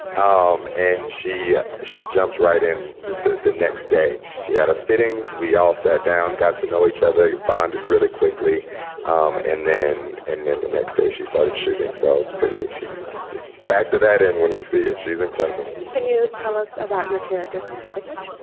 um and she she jumped right in the set. the next day she had her fittings. we all sat down, got to know each other, bonded really quickly um and then and then the next day she started shooting. so it's pretty she factor that in when you see it. she's incredible. can you tell us about your character specifically?